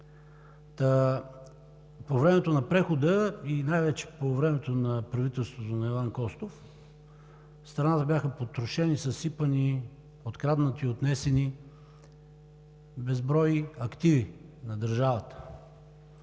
По времето на прехода, и най-вече по времето на правителството на Иван Костов, в страната бяха потрошени, съсипани, откраднати, отнесени безброй активи на държавата